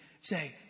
Say